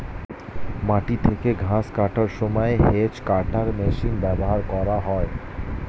মাটি থেকে ঘাস কাটার সময় হেজ্ কাটার মেশিন ব্যবহার করা হয়